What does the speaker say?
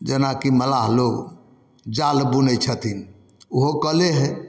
जेनाकि मलाह लोक जाल बुनै छथिन ओहो कले हइ